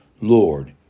Lord